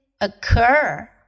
occur